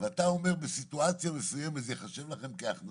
- ואתה אומר שבסיטואציה מסוימת זה ייחשב כהכנסה.